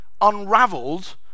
unraveled